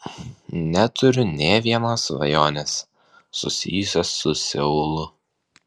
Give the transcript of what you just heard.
neturiu nė vienos svajonės susijusios su seulu